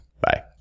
Bye